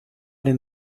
den